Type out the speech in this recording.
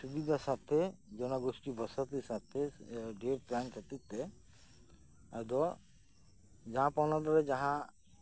ᱥᱩᱵᱤᱫᱟ ᱥᱟᱨᱛᱷᱮ ᱡᱚᱱᱚ ᱜᱩᱥᱴᱤ ᱵᱚᱥᱚᱛᱤ ᱥᱟᱨᱛᱷᱮ ᱰᱷᱮᱨ ᱛᱟᱦᱮᱸ ᱠᱷᱟᱹᱛᱤᱨᱛᱮ ᱟᱫᱚ ᱡᱟᱦᱟᱸ ᱯᱚᱱᱚᱛ ᱨᱮ ᱡᱟᱦᱟᱸ